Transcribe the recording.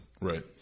Right